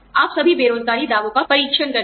आप सभी बेरोज़गारी दावों का परीक्षण करते हैं